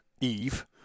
eve